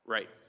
Right